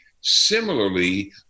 similarly